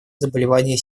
заболевания